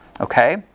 Okay